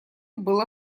было